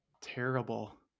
terrible